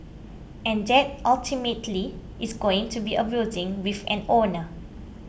and that ultimately is going to be a building with an owner